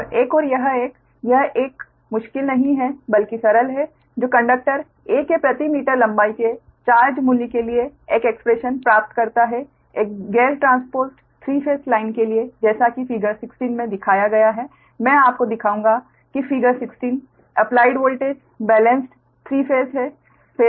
और एक और यह एक यह एक मुश्किल नहीं है बल्कि सरल है जो कंडक्टर 'a' के प्रति मीटर लंबाई के चार्ज मूल्य के लिए एक एक्स्प्रेशन प्राप्त करता है एक गैर ट्रांसपोज़्ड 3 फेस लाइन के लिए जैसा कि फिगर 16 में दिखाया गया है मैं आपको दिखाऊंगा कि figure 16 applied voltage balanced 3 phase है